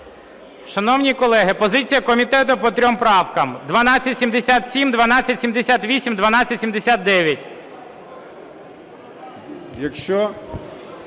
Шановні колеги, позиція комітету по трьох правках: 1277, 1278, 1279.